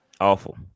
Awful